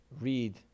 read